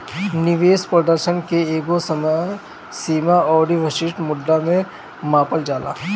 निवेश प्रदर्शन के एकगो समय सीमा अउरी विशिष्ट मुद्रा में मापल जाला